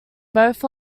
both